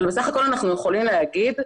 אבל בסך הכול אנחנו יכולים להגיד,